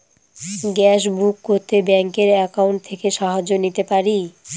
Gas book করতে ব্যাংকের account থেকে সাহায্য নিতে পারি?